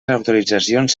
autoritzacions